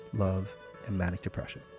love and manic depression.